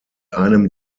einem